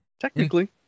Technically